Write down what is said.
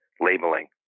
labeling